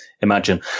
imagine